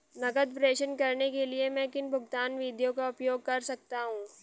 नकद प्रेषण करने के लिए मैं किन भुगतान विधियों का उपयोग कर सकता हूँ?